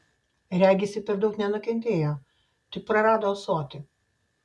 regis ji per daug nenukentėjo tik prarado ąsotį